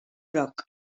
groc